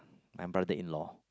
my brother in law